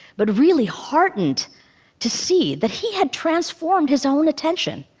but really heartened to see that he had transformed his own attention.